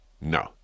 No